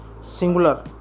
singular